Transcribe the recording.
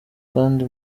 kandi